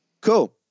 Cool